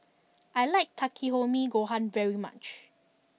I like Takikomi Gohan very much